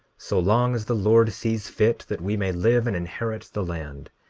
so long as the lord sees fit that we may live and inherit the land,